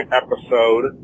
episode